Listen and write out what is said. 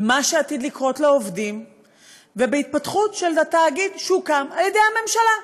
במה שעתיד לקרות לעובדים ובהתפתחות של התאגיד שהוקם על-ידי הממשלה.